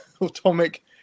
atomic